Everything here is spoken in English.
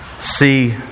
see